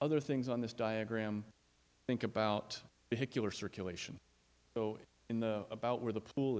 other things on this diagram think about the killer circulation so in the about where the pool